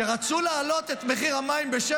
ברגע שרצו להעלות את מחירי המים ב-7.7%,